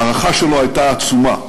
ההערכה שלו הייתה עצומה.